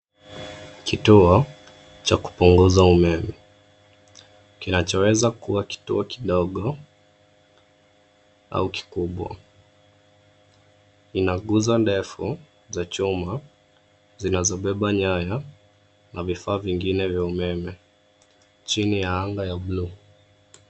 Kituo cha kupunguza umeme kinachoweza kuwa kituo kidogo au kikubwa. Ina nguzo ndefu za chuma zinazobeba nyaya na vifaa vingine vya umeme chini ya anga ya buluu.